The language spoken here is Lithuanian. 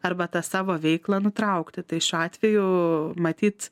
arba tą savo veiklą nutraukti tai šiuo atveju matyt